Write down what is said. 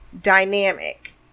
dynamic